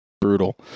brutal